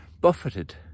buffeted